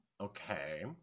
Okay